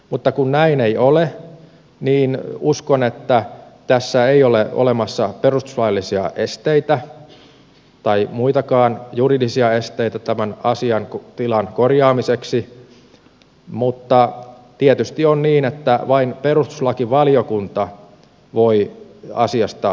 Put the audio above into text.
mutta kun näin ei ole niin uskon että tässä ei ole olemassa perustuslaillisia esteitä tai muitakaan juridisia esteitä tämän asiantilan korjaamiseksi mutta tietysti on niin että vain perustuslakivaliokunta voi asiasta lausua